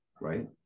right